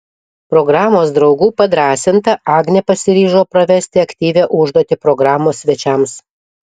programos draugų padrąsinta agnė pasiryžo pravesti aktyvią užduotį programos svečiams